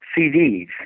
CDs